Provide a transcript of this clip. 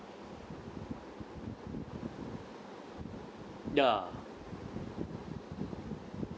ya